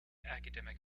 academic